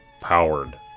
powered